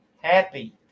Happy